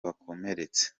bakomeretse